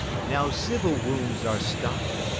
now civil wounds are stopp'd,